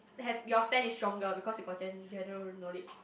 have your stand is stronger because you got gen~ general knowledge